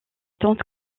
tente